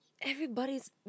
Everybody's